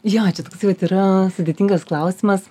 jo čia toksai vat yra sudėtingas klausimas